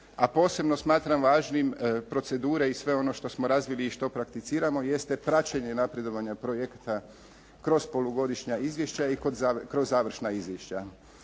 a posebno smatram važnim procedure i sve ono što smo razvili i što prakticiramo jeste praćenje napredovanja projekta kroz polugodišnja izvješća i kroz završna izvješća.